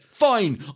Fine